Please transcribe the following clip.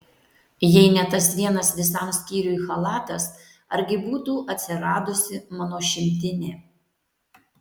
jei ne tas vienas visam skyriui chalatas argi būtų atsiradusi mano šimtinė